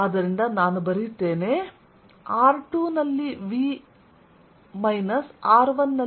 ಆದ್ದರಿಂದ r2ನಲ್ಲಿ V r1 ನಲ್ಲಿ V ಯು ಇಂಟೆಗ್ರಲ್ 1 ರಿಂದ 2 ರವರೆಗೆ ಮೈನಸ್ E